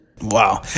Wow